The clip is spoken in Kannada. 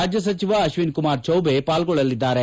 ರಾಜ್ಲ ಸಚಿವ ಅಶ್ಲಿನಿ ಕುಮಾರ್ ಚೌಬೆ ಪಾಲ್ಗೊಳ್ಳಲಿದ್ದಾರೆ